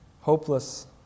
hopeless